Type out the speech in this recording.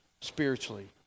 spiritually